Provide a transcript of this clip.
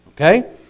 okay